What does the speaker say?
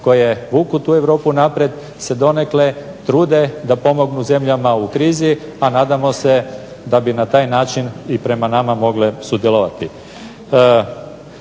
koje vuku tu Europu naprijed se donekle trude da pomognu zemljama u krizi, a nadamo se da bi na taj način i prema nama mogle sudjelovati.